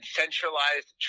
centralized